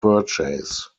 purchase